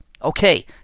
Okay